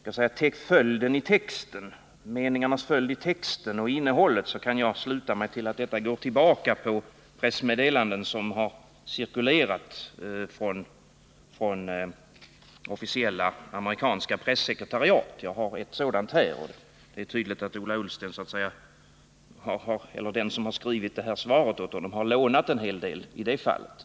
Av meningarnas följd i texten kan jag sluta mig till att detta går tillbaka på pressmeddelanden som har cirkulerat från officiella amerikanska pressekretariat. Jag har ett sådant meddelande här, och det är tydligt att Ola Ullsten eller den som skrivit svaret åt honom har lånat en hel deli det fallet.